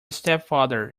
stepfather